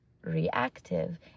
Reactive